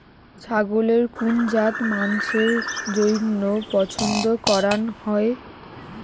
ছাগলের কুন জাত মাংসের জইন্য পছন্দ করাং হই?